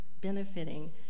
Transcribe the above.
benefiting